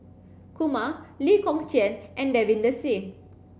Kumar Lee Kong Chian and Davinder Singh